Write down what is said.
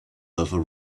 over